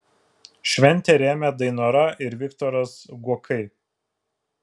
šventę rėmė dainora ir viktoras guokai